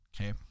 Okay